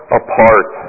apart